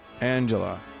Angela